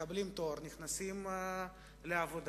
מקבלים תואר, נכנסים לעבודה,